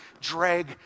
drag